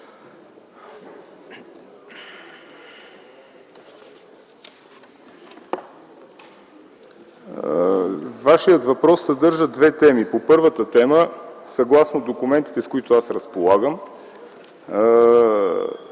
Вашият въпрос съдържа две теми. По първата тема, съгласно документите, с които аз разполагам,